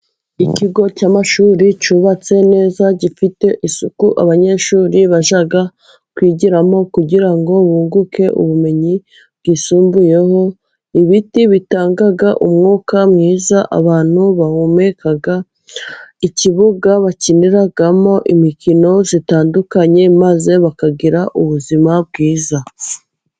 Ikigo cy'amashuri cyubatse neza, gifite isuku, abanyeshuri bajya kucyigiramo, kugira ngo bunguke ubumenyi bwisumbuyeho. Ibiti bitanga umwuka mwiza, abantu bahumeka. Ikibuga bakiniramo imikino zitandukanye, maze bakagira ubuzima bwiza.